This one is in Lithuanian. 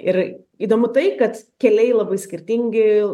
ir įdomu tai kad keliai labai skirtingi